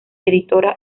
editora